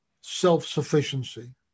self-sufficiency